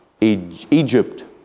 Egypt